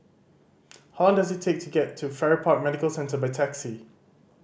how long does it take to get to Farrer Park Medical Centre by taxi